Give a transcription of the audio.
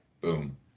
Boom